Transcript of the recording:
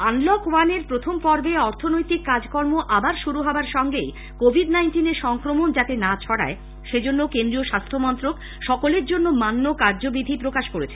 unlock ওয়ানের প্রথম পর্বে অর্থনৈতিক কাজকর্ম আবার শুরু হবার সঙ্গে কোভিড নাইন্টিনের সংক্রমণ যাতে না ছড়ায় সেজন্য কেন্দ্রীয় স্বাস্থ্যমন্ত্রক সকলের জন্য মান্য কার্যবিধি প্রকাশ করেছে